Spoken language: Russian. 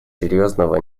серьезного